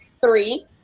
three